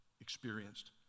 experienced